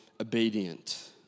obedient